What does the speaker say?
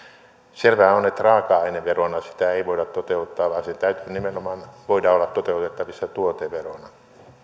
selvää on että raaka aineverona sitä ei voida toteuttaa vaan sen täytyy nimenomaan voida olla toteutettavissa tuoteverona